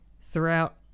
throughout